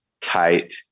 tight